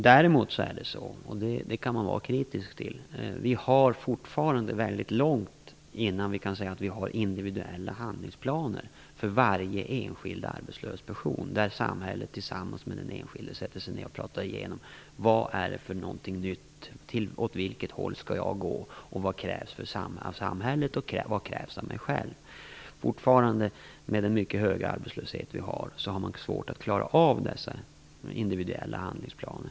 Däremot har vi fortfarande mycket lång väg att gå innan vi kan säga att vi har individuella handlingsplaner för varje enskild arbetslös person, där man från samhället sätter sig ner tillsammans med den enskilde pratar igenom vad som är nytt, vad den arbetslöse skall göra, vad som krävs av den arbetslöse och av samhället. Denna brist kan man kritisera. Med den mycket stora arbetslöshet vi fortfarande har, har man svårt att klara av individuella handlingsplaner.